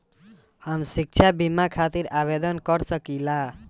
हम शिक्षा बीमा खातिर आवेदन कर सकिला?